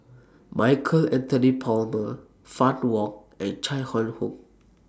Michael Anthony Palmer Fann Wong and Chai Hon Yoong